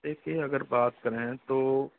देखिए अगर बात करें तो